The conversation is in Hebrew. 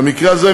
במקרה הזה,